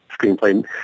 screenplay